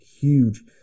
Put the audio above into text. huge